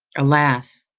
alas!